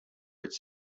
its